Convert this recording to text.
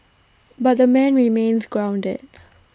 but the man remains grounded